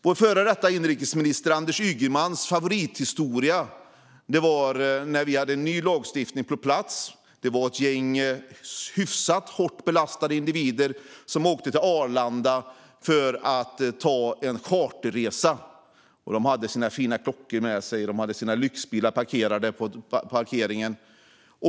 Vår före detta inrikesminister Anders Ygemans favorithistoria handlar om när ny lagstiftning kommit på plats och ett gäng hyfsat hårt belastade individer åkte till Arlanda för att ta en charterresa. De hade sina fina klockor med sig och sina lyxbilar på parkeringen.